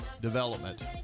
development